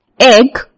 egg